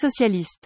Socialiste